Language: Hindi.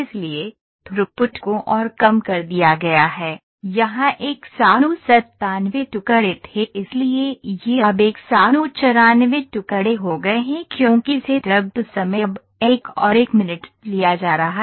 इसलिए थ्रूपुट को और कम कर दिया गया है यहां 197 टुकड़े थे इसलिए यह अब 194 टुकड़े हो गए हैं क्योंकि सेटअप समय अब एक और 1 मिनट लिया जा रहा है